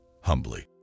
humbly